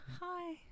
Hi